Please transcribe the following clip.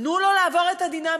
תנו לו לעבור את הדינמיקה.